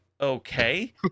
okay